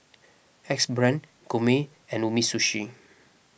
Axe Brand Gourmet and Umisushi